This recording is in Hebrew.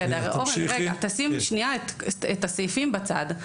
בסדר, אורן, רגע, שים שנייה את הסעיפים בצד.